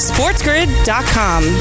Sportsgrid.com